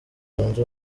zunze